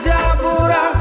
Jabura